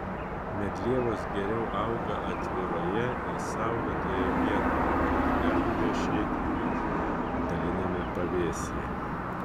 medlievos geriau auga atviroje ir saulėtoje vietoje nors gali vešėti ir daliniame pavėsyje